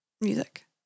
music